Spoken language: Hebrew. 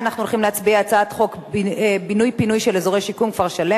והיא הצעת חוק בינוי ופינוי של אזורי שיקום (כפר-שלם),